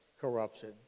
corruption